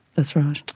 that's right.